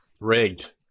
Rigged